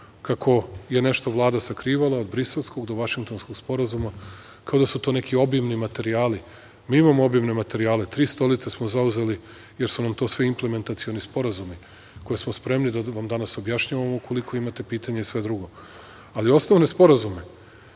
kako je nešto Vlada sakrivala od Briselskog do Vašingtonskog sporazuma, kao da su to neki obimni materijali, mi imamo obimne materijale, tri stolice smo zauzeli jer su nam to svi implementacioni sporazumi, koje smo spremni da vam danas objašnjavam ukoliko imate pitanje i sve drugo. Ali, osnovne sporazume